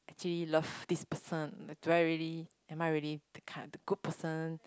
actually love this person do I really am I really the kind of a good person